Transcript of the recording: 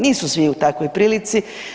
Nisu svi u takvoj prilici.